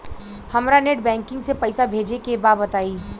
हमरा net banking से पईसा भेजे के बा बताई?